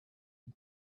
and